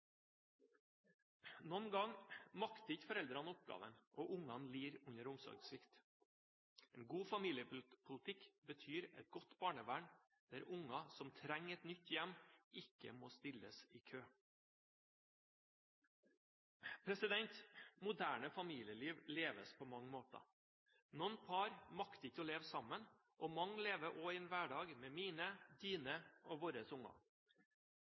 Noen ganger makter ikke foreldrene oppgaven, og ungene lider under omsorgssvikt. En god familiepolitikk betyr et godt barnevern der unger som trenger et nytt hjem, ikke må stilles i kø. Moderne familieliv leves på mange måter. Noen par makter ikke å leve sammen, og mange lever også i en hverdag med mine, dine og våre unger.